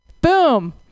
Boom